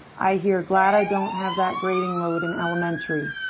i hear glad i don't have that grading load in elementary.